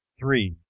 three.